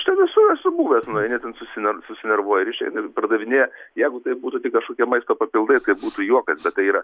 aš ten esu esu buvęs nueini ten susiner susinervuoji ir išeini ir pardavinėja jeigu tai būtų tik kažkokie maisto papildai tai būtų juokas bet tai yra